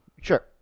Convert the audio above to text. Sure